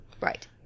Right